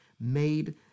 made